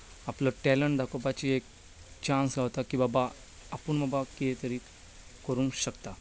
आपलो टेलंट दाखोवपाची एक चान्स गावता की बाबा आपूण बाबा कितेंतरी करूंक शकता